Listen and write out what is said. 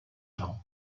jean